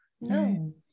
no